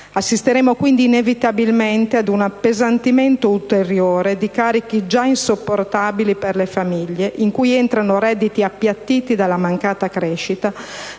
Assisteremo, quindi, inevitabilmente ad un appesantimento ulteriore di carichi già insopportabili per le famiglie, in cui entrano redditi appiattiti dalla mancata crescita,